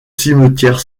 cimetière